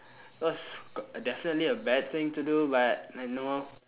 cause definitely a bad thing to do but I know